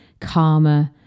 calmer